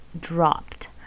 dropped